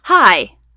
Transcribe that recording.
Hi